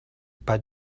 pas